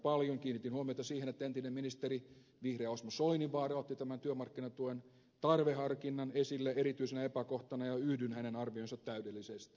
kiinnitin huomiota siihen että entinen ministeri vihreiden osmo soininvaara otti tämän työmarkkinatuen tarveharkinnan esille erityisenä epäkohtana ja yhdyn hänen arvioonsa täydellisesti